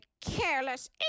careless